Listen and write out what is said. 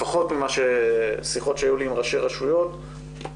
לפחות משיחות שהיו לי עם ראשי רשויות דתיים,